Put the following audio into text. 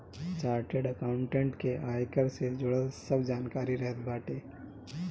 chartered accountant के आयकर से जुड़ल सब जानकारी रहत बाटे